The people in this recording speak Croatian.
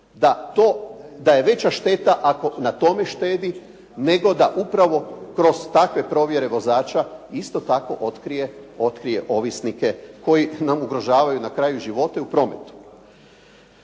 Da je veća šteta ako na tome štedi, nego da upravo kroz takve provjere vozača isto tako otrije ovisnike koji nam ugrožavaju živote u prometu.